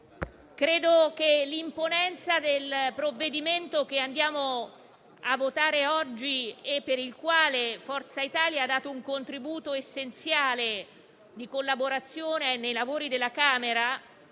colleghi, l'imponenza del provvedimento che andiamo a votare oggi, per il quale Forza Italia ha dato un contributo essenziale di collaborazione nei lavori della Camera,